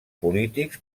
polítics